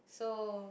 so